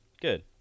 Good